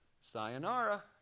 sayonara